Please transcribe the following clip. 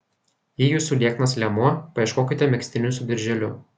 jei jūsų lieknas liemuo paieškokite megztinių su dirželiu